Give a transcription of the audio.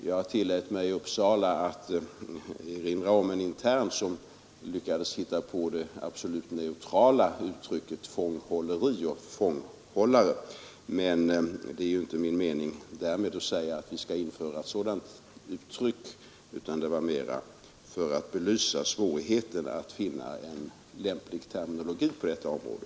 Jag tillät mig i Uppsala erinra om en intern, som lyckades hitta på det absolut neutrala uttrycket fånghålleri och fånghållare. Men därmed var det inte min mening att vi skall införa sådana uttryck, utan det var mera för att belysa svårigheterna att finna en lämplig terminologi på detta område.